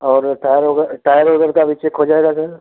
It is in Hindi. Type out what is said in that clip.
और टायर टायर वगैरह का भी चेक हो जाएगा सर